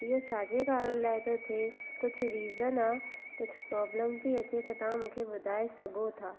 इहो छाजे कारण लाइ थो थिए कुझु रिज़न आहे कुझु प्रोब्लम थी अचे त तव्हां मूंखे ॿुधाए सघो था